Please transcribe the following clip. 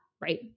right